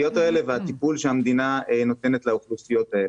האוכלוסיות האלה והטיפול שהמדינה נותנת לאוכלוסיות האלה.